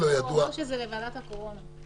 אמרו שזה חוק לוועדת הקורונה.